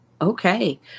Okay